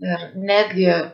ir netgi